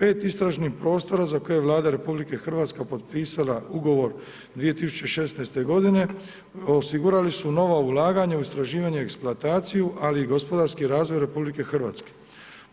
5 istražnih prostora za koje Vlada RH potpisala ugovor 2016. godine, osigurali su nova ulaganja u istraživanje eksploataciju, ali i gospodarski razvoj RH,